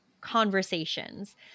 conversations